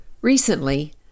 Recently